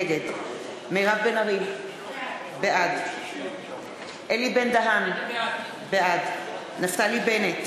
נגד מירב בן ארי, בעד אלי בן-דהן, בעד נפתלי בנט,